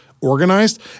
organized